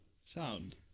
sound